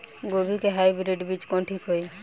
गोभी के हाईब्रिड बीज कवन ठीक होई?